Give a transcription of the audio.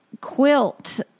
quilt